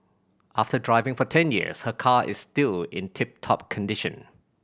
after driving for ten years her car is still in tip top condition